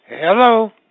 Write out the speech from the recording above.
Hello